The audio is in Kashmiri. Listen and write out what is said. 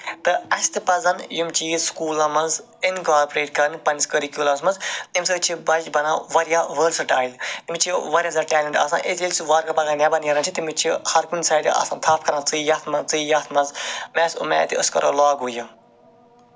تہٕ اَسہِ تہِ پَزَن یِم چیٖز سکوٗلَن منٛز اِنکارپورٮ۪ٹ کرٕنۍ پَنٕنِس کٔرِکوٗلَرَمَس منٛز تٔمۍ سۭتۍ چھُ بَچہٕ بَنان واریاہ ؤرسٔٹایِل یِم چھِ واریاہ زیادٕ ٹٮ۪لَنٹ آسان ییٚلہِ تِم نٮ۪بَر کُن نٮ۪ران چھُ تٔمِس چھُ ہَر کُنہِ سایڈٕ آسان تھپھ کران ژٕے یہِ ہُتھ منٛز ژٕ یہِ یَتھ منٛز مےٚ ٲسۍ اُمید أسۍ کرو لاگوٗ یہِ